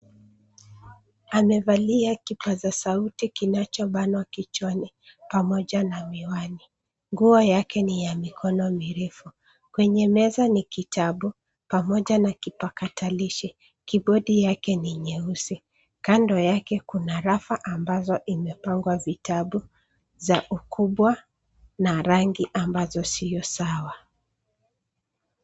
Amevalia kipaza sauti kichobanwa kichwani pamoja na miwani. Nguo yake ni ya mikono mirefu. Kwenye meza ni kitabu pamoja na kipakatalishi. Kibodi yake ni nyeusi. Kando yake kuna rafa ambazo imepangwa vitabu za ukubwa na rangi ambazo sio sawa.